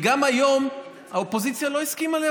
גם היום האופוזיציה לא הסכימה.